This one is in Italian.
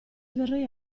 verrei